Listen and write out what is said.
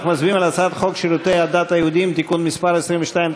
אנחנו מצביעים על הצעת חוק שירותי הדת היהודיים (תיקון מס' 21),